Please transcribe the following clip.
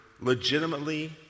legitimately